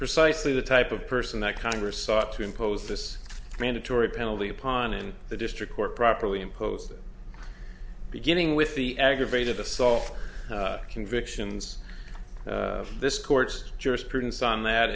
precisely the type of person that congress sought to impose this mandatory penalty upon in the district court properly imposed beginning with the aggravated assault convictions this